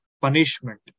Punishment